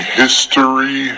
history